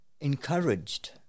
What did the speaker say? encouraged